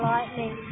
Lightning